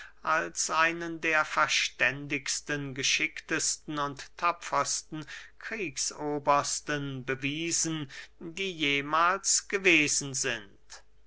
als einen der verständigsten geschicktesten und tapfersten kriegsobersten bewiesen die jemahls gewesen sind